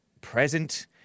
present